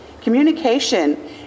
communication